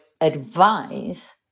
advise